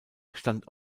stand